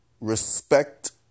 respect